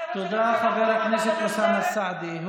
תודה לחבר הכנסת אוסאמה סעדי.